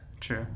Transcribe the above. True